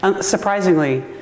surprisingly